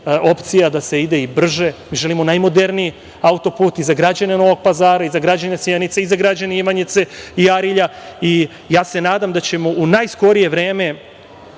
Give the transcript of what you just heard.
opcija da se ide i brže. Mi želimo najmoderniji autoput i za građane Novog Pazara, za građane Sjenice, za građane Ivanjice i Arilja i ja se nadam da ćemo u najskorije vreme